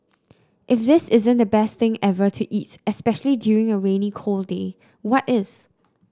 if this isn't the best thing ever to eat especially during a rainy cold day what is